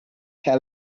her